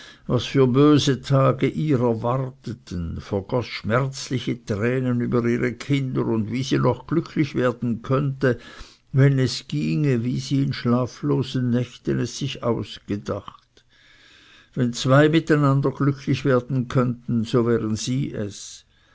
was für böse tage ihrer warteten vergoß schmerzliche tränen über ihre kinder und wie sie noch glücklich werden könnte wenn es ginge wie sie in schlaflosen nächten es sich ausgedacht wenn zwei miteinander glücklich werden könnten so wären sie es